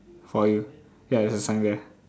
for you ya there's a sign there